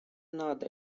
надо